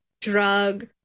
drug